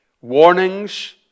warnings